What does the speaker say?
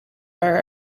are